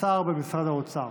השר במשרד האוצר.